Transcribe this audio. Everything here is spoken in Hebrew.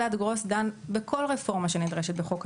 ובחנתם את כל השיקולים ובחרתם בסופו של תהליך